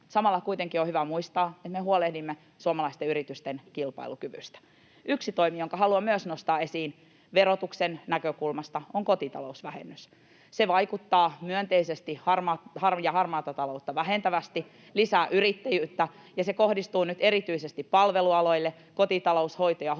Samalla kuitenkin on hyvä muistaa, että me huolehdimme suomalaisten yritysten kilpailukyvystä. Yksi toimi, jonka haluan myös nostaa esiin verotuksen näkökulmasta, on kotitalousvähennys. Se vaikuttaa myönteisesti ja harmaata taloutta vähentävästi, lisää yrittäjyyttä, ja se kohdistuu nyt erityisesti palvelualoille, kotitalous‑, hoito‑ ja hoivatyöhön,